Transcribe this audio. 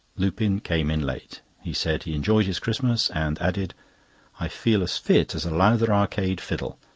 lupin came in late. he said he enjoyed his christmas, and added i feel as fit as a lowther arcade fiddle,